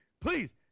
please